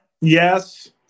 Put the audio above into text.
Yes